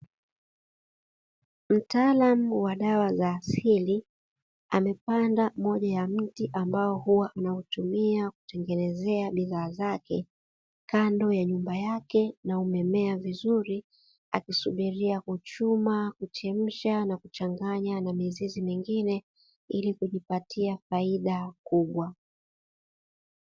Mtaalamu wa dawa za asili amependa moja ya mti, ambao huwa anautumia kutengenezea bidhaa zake kando ya nyumba yake na umemea vizuri, akisubiria kuchuma kuchemsha na kuchanganya na mizizi mingine ili kujipatia faida kubwa.